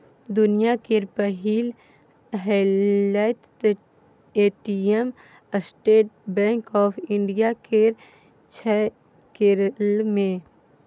दुनियाँ केर पहिल हेलैत ATM State Bank of India केर छै केरल मे